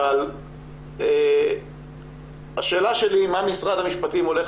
אבל השאלה שלי היא מה משרד המשפטים הולך